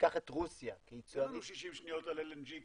ניקח את רוסיה כיצואנית --- תן לנו 60 שניות על LNG,